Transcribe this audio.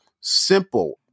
simple